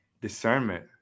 discernment